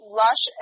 lush